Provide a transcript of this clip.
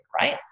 right